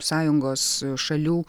sąjungos šalių